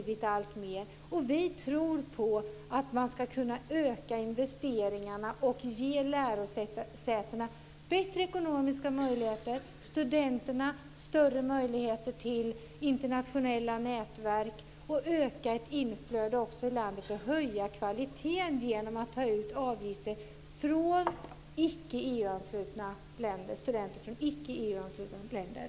Vi tror att man ska kunna öka investeringarna och ge lärosätena bättre ekonomiska möjligheter, ge studenterna större möjligheter till internationella nätverk och öka ett inflöde i landet. Man skulle kunna höja kvaliteten genom att ta ut avgifter från studenter från icke EU-anslutna länder.